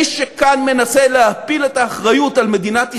מי שכאן מנסה להפיל את האחריות על מדינת ישראל,